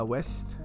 West